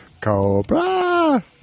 Cobra